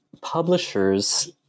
publishers